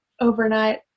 overnight